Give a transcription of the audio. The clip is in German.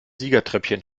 siegertreppchen